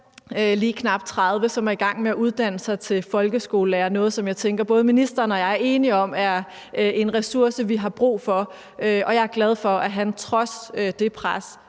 lige knap 30 år, som var i gang med at uddanne sig til folkeskolelærer, som er noget, jeg tænker både ministeren og jeg er enige om er en ressource, vi har brug for. Jeg er glad for, at han trods det pres